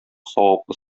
саваплы